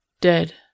Dead